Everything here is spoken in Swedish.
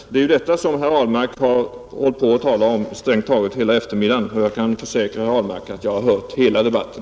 Det är ju detta som herr Ahlmark har hållit på att tala om under strängt taget hela eftermiddagen; jag kan försäkra herr Ahlmark att jag har hört hela debatten.